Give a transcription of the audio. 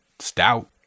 stout